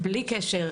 בלי קשר,